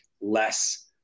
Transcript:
less